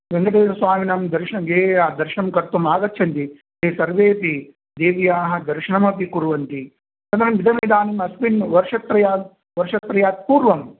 वेङ्कटेश्वरस्वामिनां दर्शनं ये ये दर्शनं कर्तुम् आगच्छन्ति ते सर्वेपि देव्याः दर्शनमपि कुर्वन्ति तदनन् इदमिदानीम् अस्मिन् वर्षत्रयात् वर्षत्रयात् पूर्वं